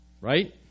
Right